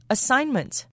Assignment